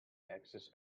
axis